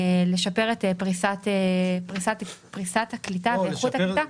לשפר את פריסת הקליטה ואיכות הקליטה.